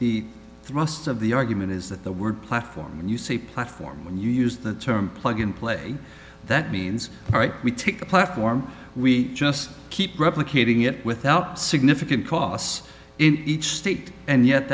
ust of the argument is that the word platform you see platform when you use the term plug in play that means all right we take the platform we just keep replicating it without significant costs in each state and yet